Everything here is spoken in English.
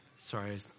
Sorry